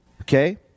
okay